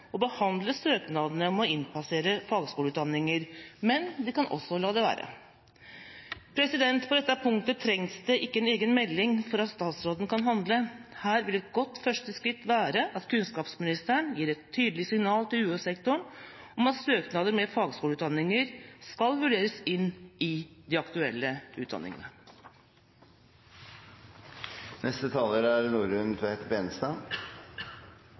å behandle søknadene om å innpasse fagskoleutdanninger, men de kan også la det være. På dette punktet trengs det ikke en egen melding for at statsråden kan handle. Her vil et godt første skritt være at kunnskapsministeren gir et tydelig signal til UH-sektoren om at søknader med fagskoleutdanninger skal vurderes i de aktuelle utdanningene. Fagskolefeltet er